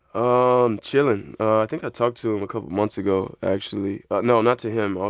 um chilling. i think i talked to him a couple months ago, actually no, not to him,